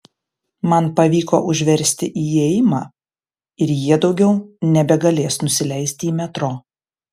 man pavyko užversti įėjimą ir jie daugiau nebegalės nusileisti į metro